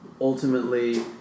ultimately